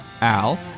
Al